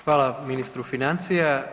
Hvala ministru financija.